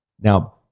Now